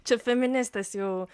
čia feministės jau